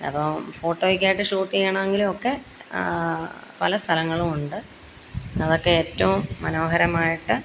അപ്പോള് ഫോട്ടോക്കായിട്ട് ഷൂട്ട് ചെയ്യണമെങ്കിലുമൊക്കെ പല സ്ഥലങ്ങളുമുണ്ട് അതൊക്കെ ഏറ്റവും മനോഹരമായിട്ട്